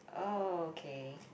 oh okay